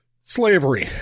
slavery